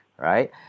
Right